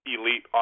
elite